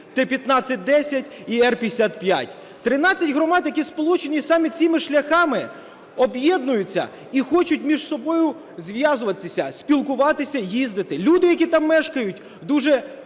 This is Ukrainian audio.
Т-1510 і Р-55. 13 громад, які сполучені саме цими шляхами, об'єднуються і хочуть між собою зв'язуватися, спілкуватися і їздити. Люди, які там мешкають, дуже